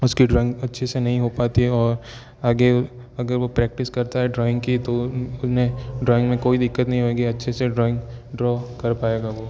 उसकी ड्रॉइंग अच्छे से नहीं हो पाती है और आगे अगर वो प्रैक्टिस करता है ड्रॉइंग कि तो उनमें ड्रॉइंग में कोई दिक्कत नहीं होएगी अच्छे से ड्रॉइंग ड्रॉ कर पायेगा वो